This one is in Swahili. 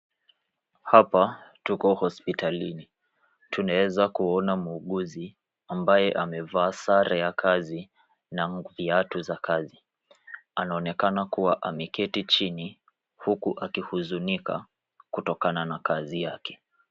Hapa tuko hospitalini. Tunaeza kuona muuguzi ambaye amevaa sare ya kazi na viatu za kazi. Anaonekana kuwa ameketi chini huku akihuzunika kutokana na kazi yake.